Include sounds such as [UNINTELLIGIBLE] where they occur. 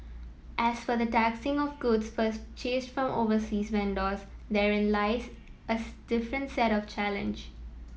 as for the taxing of goods purchased from overseas vendors therein lies [UNINTELLIGIBLE] different set of challenge